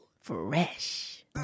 Fresh